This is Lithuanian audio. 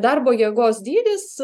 darbo jėgos dydis